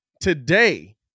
today